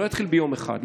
זה לא יתחיל ביום אחד,